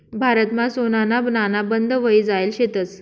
भारतमा सोनाना नाणा बंद व्हयी जायेल शेतंस